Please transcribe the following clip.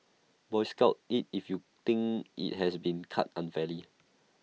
boycott IT if you think IT has been cut unfairly